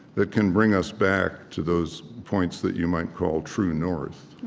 that can bring us back to those points that you might call true north